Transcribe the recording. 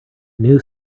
new